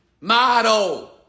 Model